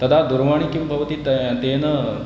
तदा दूरवाणी किं भवति त तेन